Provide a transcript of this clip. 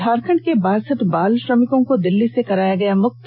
झारखंड के बासठ बाल श्रमिकों को दिल्ली से कराया गया मुक्त